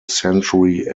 century